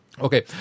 Okay